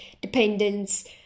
dependence